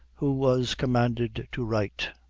who was commanded to write.